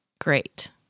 Great